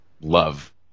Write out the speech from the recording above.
love